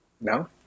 No